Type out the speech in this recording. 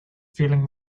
feeling